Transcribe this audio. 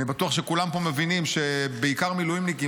אני בטוח שכולם פה מבינים שבעיקר מילואימניקים